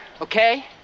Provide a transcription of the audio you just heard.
okay